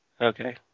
Okay